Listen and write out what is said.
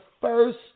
first